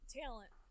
talent